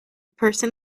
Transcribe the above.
person